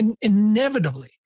inevitably